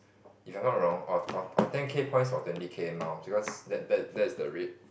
if I'm not wrong or or or ten K points for twenty K miles because that's that's that's the rate